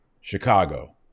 chicago